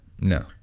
No